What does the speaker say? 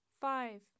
five